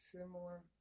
similar